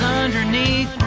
underneath